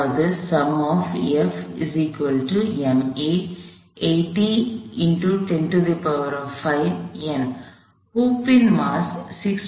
ஹுப் இன் மாஸ் 6